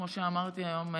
כמו שאמרתי היום,